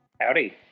Howdy